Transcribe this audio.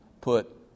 put